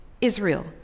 Israel